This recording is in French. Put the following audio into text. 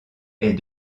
est